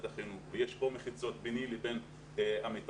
החינוך ויש כאן מחיצות ביני לבין עמיתיי,